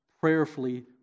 prayerfully